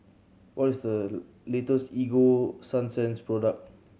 what is the latest Ego Sunsense product